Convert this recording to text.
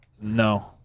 no